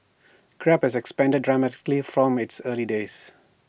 grab has expanded dramatically from its early days